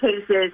cases